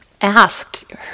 asked